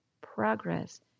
Progress